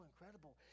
incredible